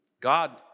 God